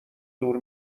دور